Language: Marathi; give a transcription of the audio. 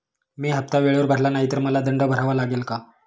मी हफ्ता वेळेवर भरला नाही तर मला दंड भरावा लागेल का?